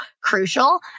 crucial